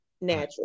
Natural